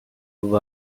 one